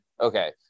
Okay